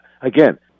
again